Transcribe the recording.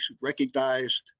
recognized